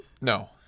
no